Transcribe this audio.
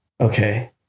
Okay